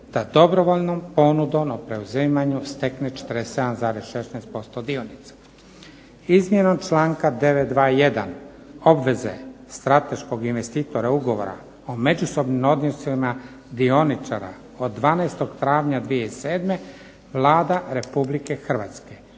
da dobrovoljnom ponudom o preuzimanju stekne 47,16% dionica. Izmjenom članka 921. obveze strateškog investitora Ugovora o međusobnim odnosima dioničara od 12. travnja 2007. Vlada Republike Hrvatske